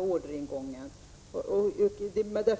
orderingången från Indien förra året.